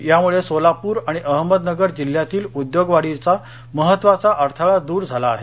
यामुळे सोलापूर आणि अहमदनगर जिल्ह्यातील उद्योगवाढीचा महत्त्वाचा अडथळा द्र झाला आहे